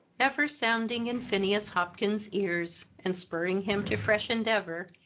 ever sounding in phineas hopkins's ears and spurring him to fresh endeavor,